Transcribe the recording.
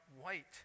white